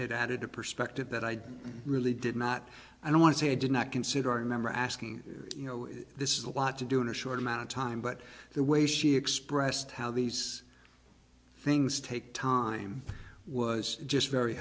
it added a perspective that i really did not and i want to say i did not consider remember asking you know if this is a lot to do in a short amount of time but the way she expressed how these things take time was just very